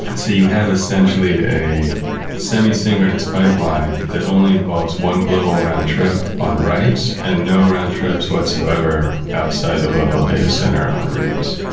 and so you have essentially a semi-synchronous pipeline that only involves one global round trip on writes and no round trips whatsoever outside the local data center on reads.